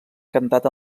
cantat